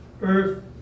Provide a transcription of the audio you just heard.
earth